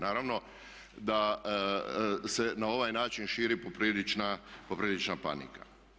Naravno da se na ovaj način širi poprilična panika.